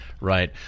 Right